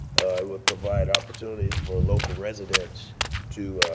would provide opportunities for local residents to